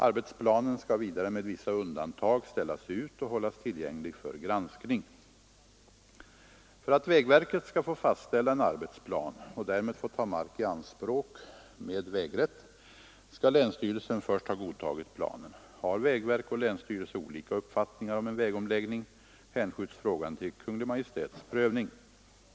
Arbetsplanen skall vidare, med vissa undantag, ställas ut och hållas tillgänglig för granskning. För att vägverket skall få fastställa en arbetsplan och därmed få ta mark i anspråk med vägrätt skall länsstyrelsen först ha godtagit planen. Har vägverk och länsstyrelse olika uppfattningar om en vägomläggning hänskjuts frågan till Kungl. Maj:ts prövning.